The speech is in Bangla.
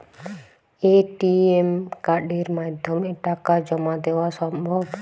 এ.টি.এম কার্ডের মাধ্যমে টাকা জমা দেওয়া সম্ভব?